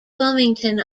wilmington